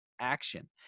action